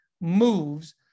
moves